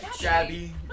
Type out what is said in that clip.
Shabby